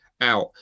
out